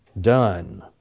done